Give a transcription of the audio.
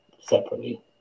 separately